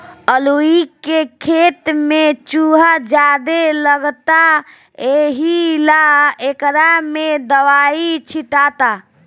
अलूइ के खेत में चूहा ज्यादे लगता एहिला एकरा में दवाई छीटाता